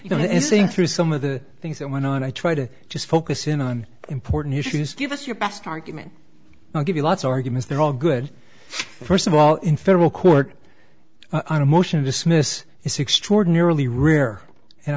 you know and saying through some of the things that went on i try to just focus in on important issues give us your best argument i'll give you lots of arguments they're all good first of all in federal court i don't motion to dismiss is extraordinarily rare and